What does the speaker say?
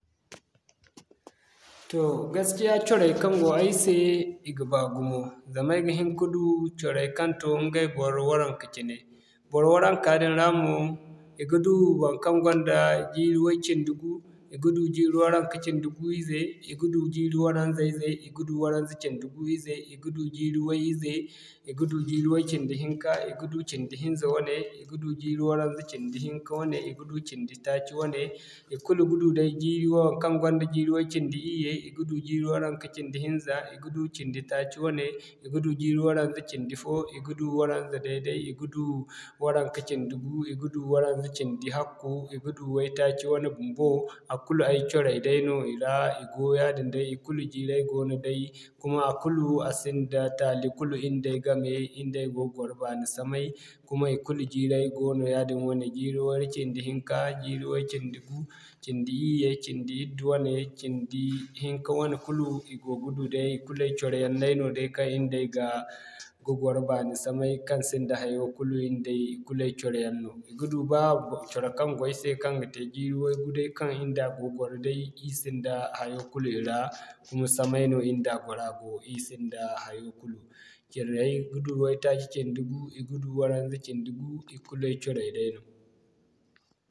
Toh gaskiya coray kaŋ go ay se i ga baa gumo. Zama ay ga hin ka du coray kaŋ to ɲgay bor waranka cine. Bor waranka din ra mo i ga du baŋkaŋ gonda jiiri way-cindi gu, i ga du jiiri waranka cindi-gu ize, i ga du jiiri waranza ize, i ga du waranza cindi-gu ize, i ga du jiiri way ize i ga du jiiri way cindi-hinka, i ga du cindi hinza wane i ga du jiiri waranza cindi-hinka wane, i ga du cindi-taaci wane, ikulu ga du day jiiri waŋkaŋ gonda jiiri way-cindi iyye, i ga du jiiri waranka cindi hinza, i ga du cindi-taaci wane, i ga du jiiri waranza cindi-fo i ga du waranza dai-dai, i ga du waranka cindi-gu, i ga du waranza cindi-hakku, i ga du way-taaci wane bumbo a kulu ay coray day no i ra i go yaadin day ikulu jiiray goono day, kuma a kulu a sinda taali Kulu nday game, nday go gwaro baani samay kuma ikulu jiiray goono yaadin wane jiiri ware cindi-hinka, jiiri way cindi-gu, cindi-iyye, cindi-iddu wane cindi-hinka wane kulu i ga du day kulu ay coro yaŋ day no kaŋ nday ga, ga gwaro baani samay kaŋ sinda hayo kulu nday ikulu ay coro yaŋ no i ga du ba coro kaŋ go ay se kaŋ ga te jiiri way-gu day kaŋ nda go gwaro day ir sinda hayo kulu i ra kuma samay no nda gora go ir sinda hayo kulu. Cinday i ga du way-taaci cind gu, i ga du waranza cindi-gu ikulu ay coray dayno.